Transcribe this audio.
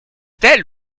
tel